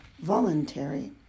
voluntary